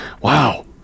Wow